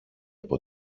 από